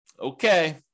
Okay